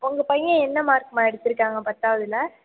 உங்கள் பையன் என்ன மார்க்மா எடுத்திருக்காங்க பத்தாவதில்